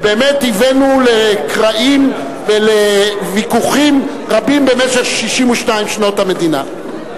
באמת הבאנו לקרעים ולוויכוחים רבים במשך 62 שנות המדינה.